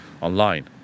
online